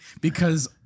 because-